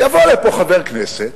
יבוא לפה חבר כנסת,